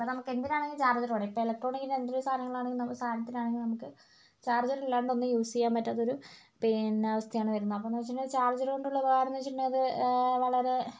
ഇപ്പോൾ നമുക്കെന്തിനാണെങ്കിലും ചാർജ്ജർ വേണം ഇപ്പോൾ ഇലക്ട്രോണിക്കിൻ്റെ എന്തൊരു സാധനകളാണെങ്കിലും നമുക്ക് സാനത്തിനാണെങ്കിലും നമുക്ക് ചാർജ്ജർ ഇല്ലാണ്ട് ഒന്നും യൂസ് ചെയ്യാൻ പറ്റാത്തൊരു പിന്നെ അവസ്ഥയാണ് വരുന്നത് അപ്പോഴെന്നു വെച്ചിട്ടുണ്ടെങ്കിൽ ചാർജ്ജർ കൊണ്ടുള്ള ഉപകാരം എന്നു വെച്ചിട്ടുണ്ടെങ്കിൽ അത് വളരെ